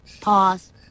pause